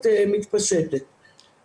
נעה מתי ביקשתם את